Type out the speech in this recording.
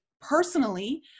personally